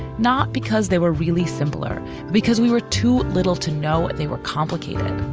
not because they were really similar because we were too little to know they were complicated.